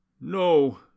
No